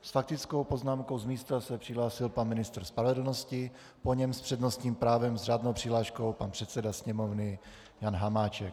S faktickou poznámkou z místa se přihlásil pan ministr spravedlnosti, po něm s přednostním právem s řádnou přihláškou pan předseda Sněmovny Jan Hamáček.